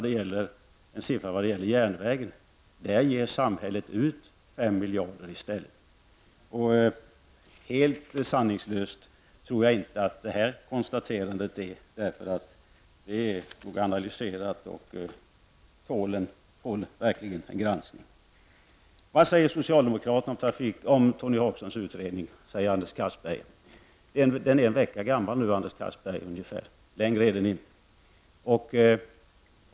Däremot, konstaterar miljarder kronor. Helt sanningslösa tror jag inte att dessa konstateranden är. De siffror han har kommit fram till är noga analyserade och tål verkligen en granskning. Vad säger socialdemokraterna om Tony Hagströms utredning? frågar Anders Castberger. Denna utredning är nu ungefär en vecka gammal.